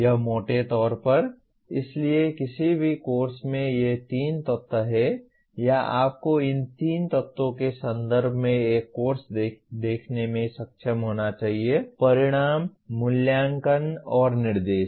यह मोटे तौर पर इसलिए किसी भी कोर्स में ये तीन तत्व हैं या आपको इन तीन तत्वों के संदर्भ में एक कोर्स देखने में सक्षम होना चाहिए परिणाम मूल्यांकन और निर्देश